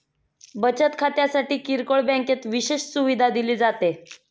बचत खात्यासाठी किरकोळ बँकेत विशेष सुविधा दिली जाते